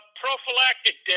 prophylactic